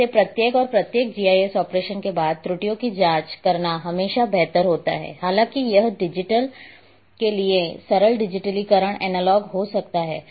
इसलिए प्रत्येक और प्रत्येक जीआईएस ऑपरेशन के बाद त्रुटियों की जांच करना हमेशा बेहतर होता है हालांकि यह डिजिटल के लिए सरल डिजिटलीकरण एनालॉग हो सकता है